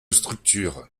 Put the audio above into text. structures